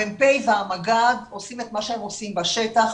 המ"פ והמג"ד עושים את מה שהם עושים בשטח,